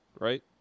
right